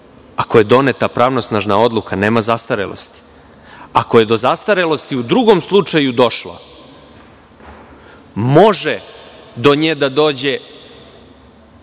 Ako je doneta pravnosnažna odluka, nema zastarelosti. Ako je do zastarelosti u drugom slučaju došlo, do zastarelosti